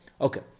Okay